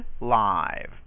live